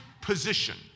position